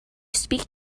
speak